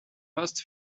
most